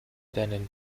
deinen